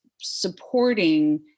supporting